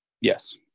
yes